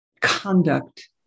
conduct